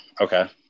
okay